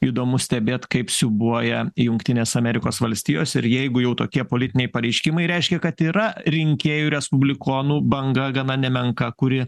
įdomu stebėt kaip siūbuoja jungtinės amerikos valstijos ir jeigu jau tokie politiniai pareiškimai reiškia kad yra rinkėjų respublikonų banga gana nemenka kuri